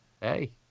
hey